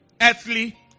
Earthly